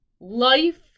life